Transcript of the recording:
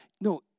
No